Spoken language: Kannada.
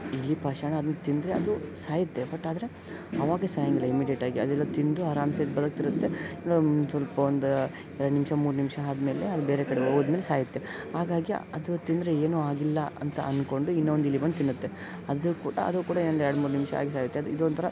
ಇಲಿ ಪಾಷಾಣ ಅದನ್ನು ತಿಂದರೆ ಅದು ಸಾಯುತ್ತೆ ಬಟ್ ಆದರೆ ಆವಾಗೇ ಸಾಯಂಗಿಲ್ಲ ಇಮ್ಮಿಡಿಯೇಟಾಗಿ ಅದೆಲ್ಲ ತಿಂದು ಆರಾಮ್ಸೆ ಬದುಕ್ತಿರತ್ತೆ ಸ್ವಲ್ಪ ಒಂದು ಎರಡು ನಿಮಿಷ ಮೂರು ನಿಮಿಷ ಆದ್ಮೇಲೆ ಅದು ಬೇರೆ ಕಡೆ ಹೋದ್ಮೇಲ್ ಸಾಯುತ್ತೆ ಹಾಗಾಗಿ ಅದು ತಿಂದರೆ ಏನೂ ಆಗಿಲ್ಲ ಅಂತ ಅಂದುಕೊಂಡು ಇನ್ನೊಂದು ಇಲಿ ಬಂದು ತಿನ್ನುತ್ತೆ ಅದೂ ಕೂಡ ಅದೂ ಕೂಡ ಒಂದು ಎರಡು ಮೂರು ನಿಮಿಷ ಆಗಿ ಸಾಯುತ್ತೆ ಇದೊಂಥರ